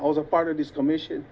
i was a part of this commission